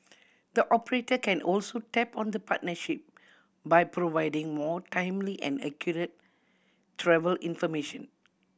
the operator can also tap on the partnership by providing more timely and accurate travel information